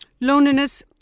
Loneliness